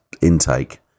intake